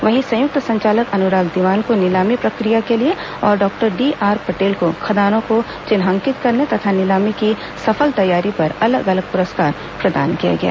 वहीं संयुक्त संचालक अनुराग दीवान को नीलामी प्रक्रिया के लिए और डॉक्टर डीआर पटेल को खदानों को चिन्हांकित करने तथा नीलामी की सफल तैयारियों पर अलग अलग पुरस्कार प्रदान किए गए